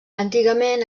antigament